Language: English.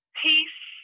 peace